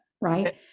right